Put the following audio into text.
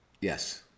Yes